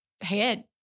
head